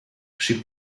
she